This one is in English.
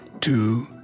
two